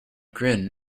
grin